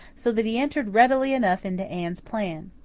so that he entered readily enough into anne's plan.